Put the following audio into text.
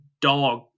dog